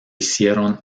hicieron